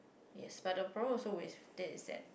yes but the problem also with that is that